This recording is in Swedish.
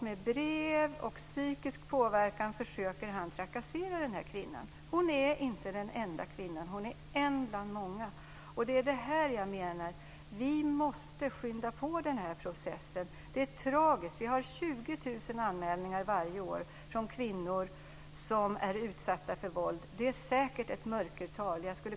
Med brev och psykisk påverkan försöker han att trakassera kvinnan. Hon är inte den enda kvinnan i den situationen utan en bland många. Jag menar att vi måste skynda på processen. Det är tragiskt. Vi har 20 000 anmälningar varje år från kvinnor som är utsatta för våld. Det finns säkert ett mörkertal.